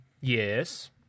Yes